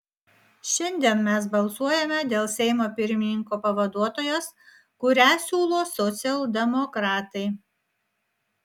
šiandien mes balsuojame dėl seimo pirmininko pavaduotojos kurią siūlo socialdemokratai